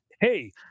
Hey